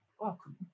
welcome